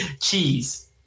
cheese